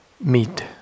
meet